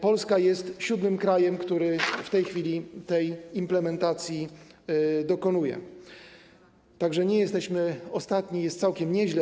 Polska jest 7. krajem, który w tej chwili tej implementacji dokonuje, tak że nie jesteśmy ostatni, jest całkiem nieźle.